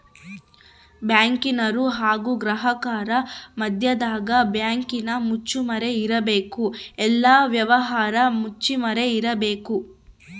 ಬ್ಯಾಂಕಿನರು ಹಾಗು ಗ್ರಾಹಕರ ಮದ್ಯದಗ ಬ್ಯಾಂಕಿನ ಮುಚ್ಚುಮರೆ ಇರಬೇಕು, ಎಲ್ಲ ವ್ಯವಹಾರ ಮುಚ್ಚುಮರೆ ಇರಬೇಕು